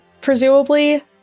presumably